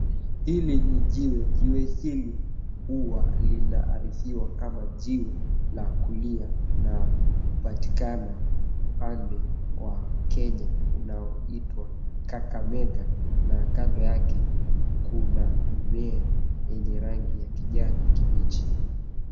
Hili ni jiwe. Jiwe hili huwa linaarifiwa kama jiwe la kulia na hupatikana upande wa Kenya unaoitwa Kakamega na kando yake kuna mimea yenye rangi ya kijani kibichi.